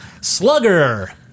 slugger